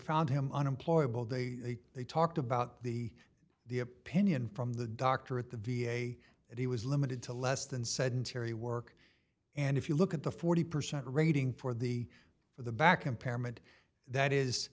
found him unemployable they they talked about the the opinion from the doctor at the v a that he was limited to less than sedentary work and if you look at the forty percent rating for the for the back impairment that is